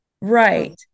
Right